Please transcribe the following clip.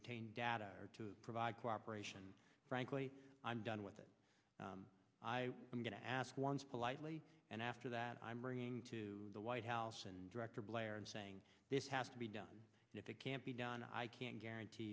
obtain data to provide cooperation and frankly i'm done with it i am going to ask once politely and after that i'm bringing to the white house and director blair and saying this has to be done if it can't be done i can guarantee